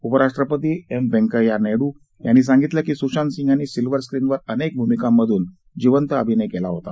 उपराष्ट्रपती एम वेकैया नायडू यांनी सांगितलं की सूशांत सिंह यांनी सिल्वर स्क्रिन वर अनेक भ्रमिकांमधून जिवन्त अभिनय केला होता